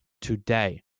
today